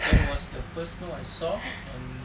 that was the first snow I saw and